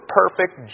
perfect